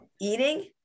eating